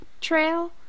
trail